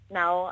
now